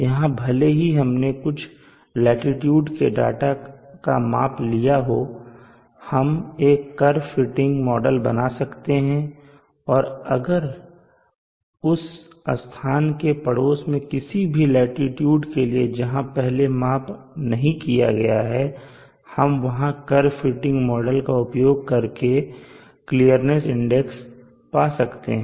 यहां भले ही हमने कुछ लाटीट्यूड के डाटा का मापा लिया हो हम एक कर्व फिटिंग मॉडल बना सकते हैंऔर अगर उस स्थान के पड़ोस में किसी भी लाटीट्यूड के लिए जहां पहले माप नहीं किए गए हैं हम वहां कर्व फिटिंग मॉडल का उपयोग करके क्लियरनेस इंडेक्स पा सकते हैं